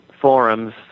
forums